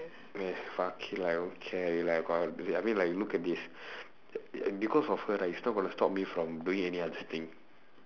!hais! fuck it lah I don't care already lah I got like I mean like you look at this because of her right it's not gonna stop me from doing any other thing